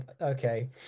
Okay